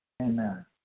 Amen